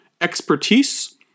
expertise